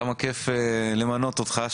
כמה כיף למנות אותך.